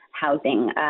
housing